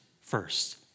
first